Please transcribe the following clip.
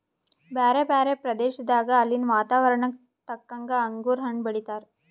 ಬ್ಯಾರೆ ಬ್ಯಾರೆ ಪ್ರದೇಶದಾಗ ಅಲ್ಲಿನ್ ವಾತಾವರಣಕ್ಕ ತಕ್ಕಂಗ್ ಅಂಗುರ್ ಹಣ್ಣ್ ಬೆಳೀತಾರ್